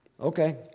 Okay